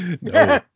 No